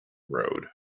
road